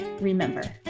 remember